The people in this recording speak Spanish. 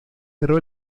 cerró